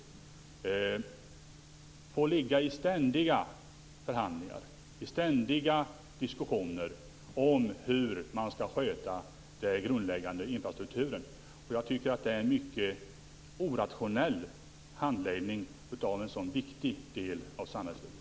Man får ligga i ständiga förhandlingar och diskussioner om hur man skall sköta den grundläggande infrastrukturen, och jag tycker att det är en mycket orationell handläggning av en så viktig del av samhällslivet.